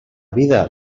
vida